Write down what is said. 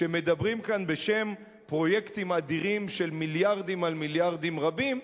כשמדברים כאן בשם פרויקטים אדירים של מיליארדים על מיליארדים רבים,